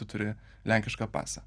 tu turi lenkišką pasą